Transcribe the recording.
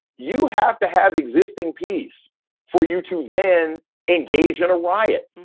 you have to have existing peace for you to then engage in a riot.